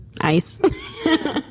ice